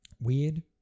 Weird